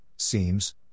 seems